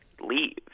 leave